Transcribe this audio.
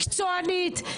מקצוענית,